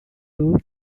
two